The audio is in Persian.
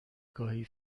گاهی